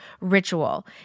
Ritual